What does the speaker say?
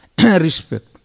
respect